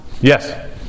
Yes